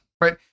right